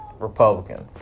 Republican